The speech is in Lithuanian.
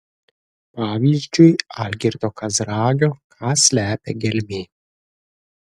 pavyzdžiui algirdo kazragio ką slepia gelmė